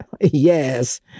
yes